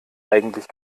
eigentlich